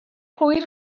hwyl